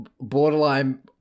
borderline